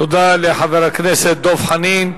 תודה לחבר הכנסת דב חנין.